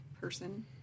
person